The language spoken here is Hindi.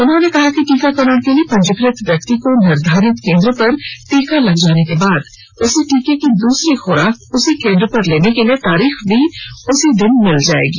उन्होंने कहा कि टीकाकरण के लिए पंजीकृत व्यक्ति को निर्धारित केन्द्र पर टीका लग जाने के बाद उसे टीके की दूसरी खुराक उसी केन्द्र पर लेने के लिए तारीख उसी दिन मिल जाएगी